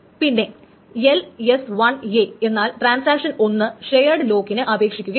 പിന്നെ ls1 എന്നാൽ transaction 1 shared ലോക്കിന് അപേക്ഷിക്കുകയാണ്